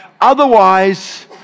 Otherwise